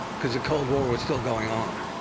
because the cold war was still going on.